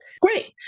Great